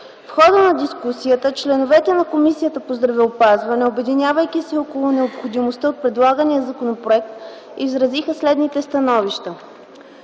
В хода на дискусията членовете на Комисията по здравеопазването, обединявайки се около необходимостта от предлагания законопроект, изразиха следните становища.